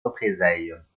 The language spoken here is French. représailles